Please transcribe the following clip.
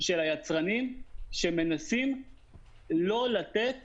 היצרנים מנסים לא לתת